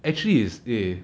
actually is eh